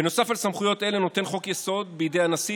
בנוסף לסמכויות אלה נותן חוק-היסוד בידי הנשיא